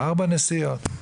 ארבע נסיעות.